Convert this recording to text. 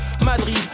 Madrid